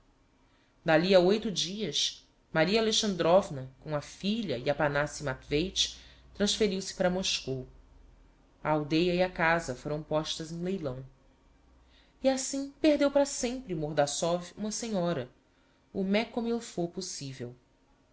d'ali a oito dias maria alexandrovna com a filha e aphanassi matveich transferiu se para moscou a aldeia e a casa foram postas em leilão e assim perdeu para sempre mordassov uma senhora o mais comme il faut possivel